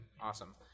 awesome